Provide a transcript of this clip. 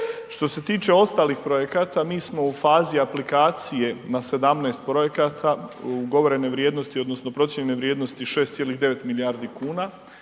Što se tiče ostalih projekata mi smo u fazi aplikacije na 17 projekata ugovorene vrijednosti odnosno procijenjene vrijednosti 6,9 milijardi kuna